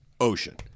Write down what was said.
ocean